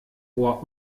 ohr